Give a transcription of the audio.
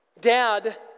Dad